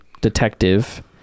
detective